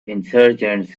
insurgents